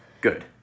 Good